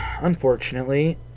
unfortunately